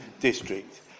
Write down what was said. district